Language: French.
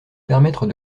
permettre